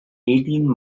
eighteen